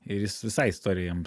ir jis visai istorija jam